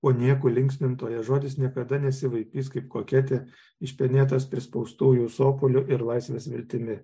o niekų linksmintojo žodis niekada nesivaikys kaip koketė išpenėtas prispaustųjų sopuliu ir laisvės viltimi